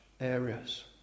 areas